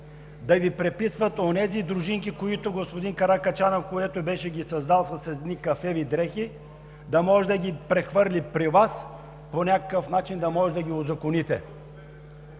да Ви приписват онези дружинки, които господин Каракачанов беше създал с едни кафяви дрехи, да ги прехвърли при Вас и по някакъв начин да може да ги узаконите.